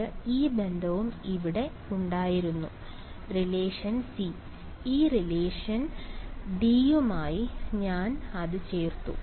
എനിക്ക് ഈ ബന്ധവും ഇവിടെ ഉണ്ടായിരുന്നു റിലേഷൻ സി ഈ റിലേഷൻ ഡിയുമായി ഞാൻ അത് ചേർത്തു